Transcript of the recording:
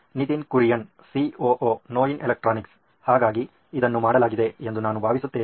Nitin Kurian COO ನೋಯಿನ್ electronics ಹಾಗಾಗಿ ಇದನ್ನು ಮಾಡಲಾಗಿದೆ ಎಂದು ನಾನು ಭಾವಿಸುತ್ತೇನೆ